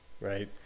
right